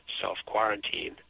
self-quarantine